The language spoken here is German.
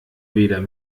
weder